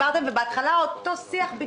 בהתחלה היה בדיוק אותו שיח.